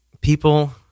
people